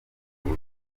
buke